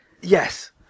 Yes